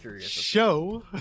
show